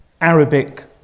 Arabic